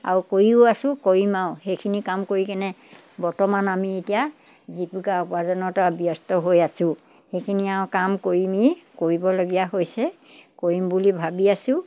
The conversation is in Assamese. আৰু কৰিও আছোঁ কৰিম আৰু সেইখিনি কাম কৰি কেনে বৰ্তমান আমি এতিয়া জীৱিকা উপাৰ্জনত আৰু ব্যস্ত হৈ আছোঁ সেইখিনি আৰু কাম কৰিমেই কৰিবলগীয়া হৈছে কৰিম বুলি ভাবি আছোঁ